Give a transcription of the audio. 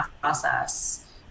process